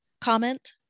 comment